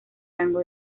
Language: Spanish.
rango